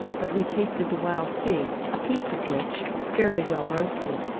but we tasted the wild pig, a piece of which, fairly well roasted,